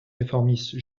réformiste